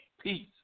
peace